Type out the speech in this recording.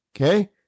okay